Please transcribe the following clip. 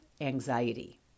anxiety